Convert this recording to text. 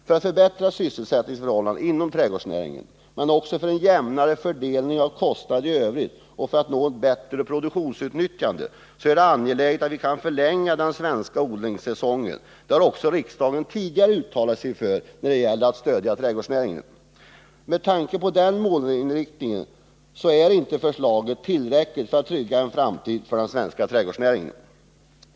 För att förbättra sysselsättningsförhållandena inom trädgårdsnäringen men också för att få en jämnare fördelning av kostnaderna i övrigt och för att nå ett bättre produktionsutnyttjande är det angeläget att vi kan förlänga den svenska odlingssäsongen. Detta har också riksdagen tidigare uttalat sig för när det gäller att stödja trädgårdsnäringen. Med tanke på den målinriktningen är inte förslaget tillräckligt för att trygga en framtid för den svenska trädgårdsnäringen.